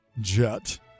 jet